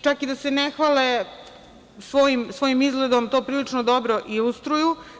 Čak i da se ne hvale, svojim izgledom to prilično dobro ilustruju.